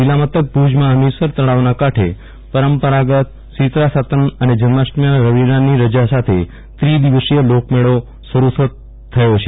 જિલ્લા મથક ભુજમાં હમીરસર તળાવના કાંઠે પરંપરાગત શીતળા સાતમ જન્માષ્ટમી અને રવિવારની રજા સાથે ત્રિદિવસીય લોકમેળો શરૂ થયો છે